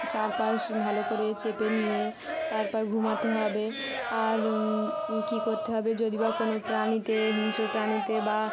চারপাশ ভালো করে চেপে নিয়ে তারপর ঘুমাতে হবে আর কী করতে হবে যদি বা কোনো প্রাণীতে হিংস্র প্রাণীতে বা